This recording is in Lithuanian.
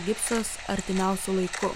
gipsas artimiausiu laiku